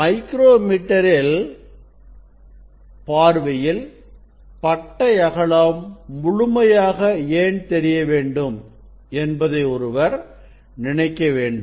micro மீட்டரில் பார்வையில் பட்டை அகலம் முழுமையாக ஏன்தெரியவேண்டும் என்பதை ஒருவர் நினைக்க வேண்டும்